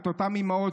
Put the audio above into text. את אותן אימהות,